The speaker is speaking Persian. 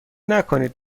نکنید